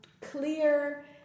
clear